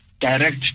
direct